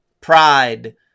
pride